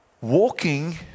walking